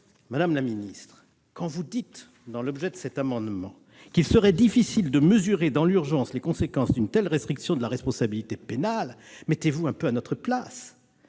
de loi. Vous écrivez dans l'objet de cet amendement qu'il serait difficile de mesurer dans l'urgence les conséquences d'une telle restriction de la responsabilité pénale. Mettez-vous donc un peu à notre place